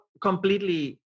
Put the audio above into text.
completely